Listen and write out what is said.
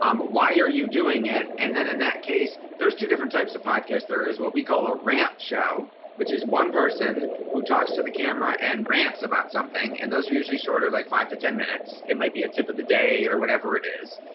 um why are you doing it? and then, in that case, there's two different types of podcasts there is what we call a rants show which is one person who talks to the camera and rants about something. and those are usually shorter like five to ten minutes. it might be a tip of the day or whatever it is.